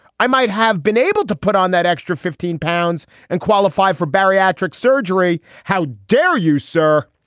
i might have been able to put on that extra fifteen pounds and qualify for bariatric surgery? how dare you, sir?